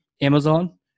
Amazon